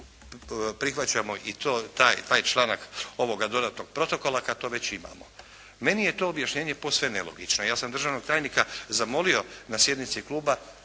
prihvaćamo taj članak ovog dodatnog protokola kad to već imamo. Meni je to objašnjenje posve nelogično. Ja sam državnog tajnika zamolio na sjednici kluba